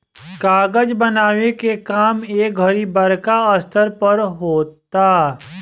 कागज बनावे के काम ए घड़ी बड़का स्तर पर होता